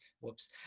Whoops